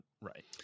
right